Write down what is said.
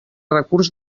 recurs